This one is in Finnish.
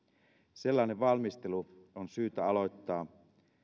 sellainen valmistelu on syytä aloittaa